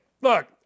Look